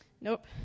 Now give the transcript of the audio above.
Nope